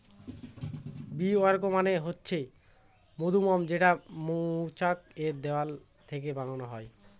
bee wax মানে হচ্ছে মধুমোম যেটা মৌচাক এর দেওয়াল থেকে বানানো হয়